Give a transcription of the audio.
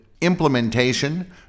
Implementation